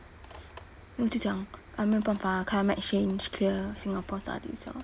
我就讲 !aiya! 没有办法 come exchange clear singapore studies lor